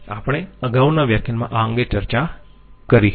આપણે અગાઉના વ્યાખ્યાનમાં આ અંગે ચર્ચા કરી હતી